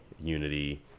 Unity